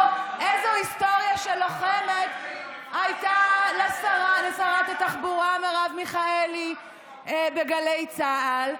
או איזו היסטוריה של לוחמת הייתה לשרת התחבורה מרב מיכאלי בגלי צה"ל.